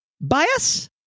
Bias